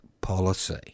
policy